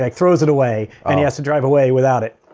like throws it away and he has to drive away without it?